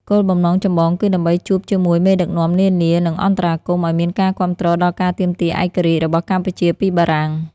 គោលបំណងចម្បងគឺដើម្បីជួបជាមួយមេដឹកនាំនានា និងអន្តរាគមន៍ឱ្យមានការគាំទ្រដល់ការទាមទារឯករាជ្យរបស់កម្ពុជាពីបារាំង។